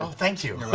ah thank you!